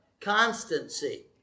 constancy